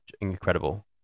incredible